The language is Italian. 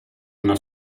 una